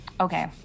Okay